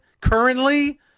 currently